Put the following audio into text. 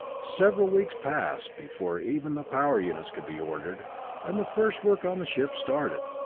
several weeks passed before even the power units could be ordered and the first work on the ship started.